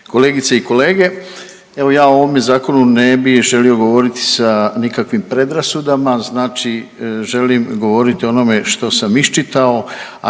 kolegice i kolege. Evo ja o ovom zakonu ne bi želio govoriti sa nikakvim predrasudama znači želim govoriti o onome što sam iščitao,